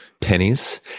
pennies